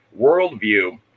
worldview